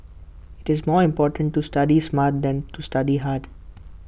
IT is more important to study smart than to study hard